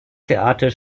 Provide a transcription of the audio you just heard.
theater